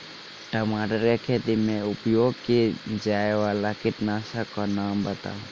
टमाटर केँ खेती मे उपयोग की जायवला कीटनासक कऽ नाम बताऊ?